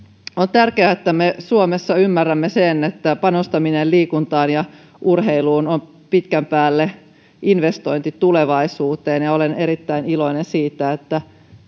tärkeää että me suomessa ymmärrämme sen että panostaminen liikuntaan ja urheiluun on pitkän päälle investointi tulevaisuuteen ja olen erittäin iloinen siitä että